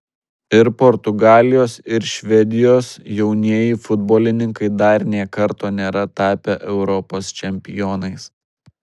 ir portugalijos ir švedijos jaunieji futbolininkai dar nė karto nėra tapę europos čempionais